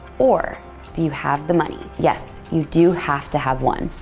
or do you have the money? yes, you do have to have one.